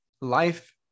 life